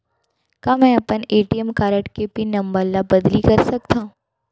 का मैं अपन ए.टी.एम कारड के पिन नम्बर ल बदली कर सकथव?